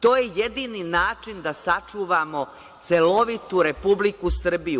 To je jedini način da sačuvamo celovitu republiku Srbiju.